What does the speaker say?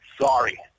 sorry